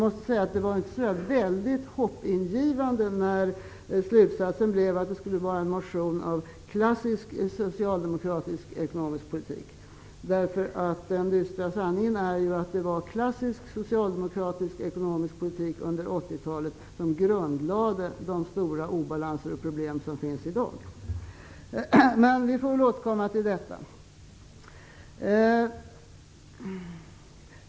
Det var dock inte så väldigt hoppingivande att slutsatsen blev att det skulle bli en motion av klassisk socialdemokratisk ekonomisk politik. Den dystra sanningen är ju att det var klassisk socialdemokratisk ekonomisk politik under 80-talet som grundlade de stora obalanser och problem som finns i dag. Men vi får väl återkomma till detta.